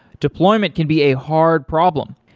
deployment can be a hard problem.